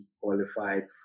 qualified